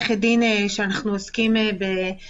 התו הירוק בין אנשים שיכולים להיכנס ואלה שלא.